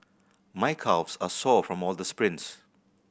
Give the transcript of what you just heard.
my calves are sore from all the sprints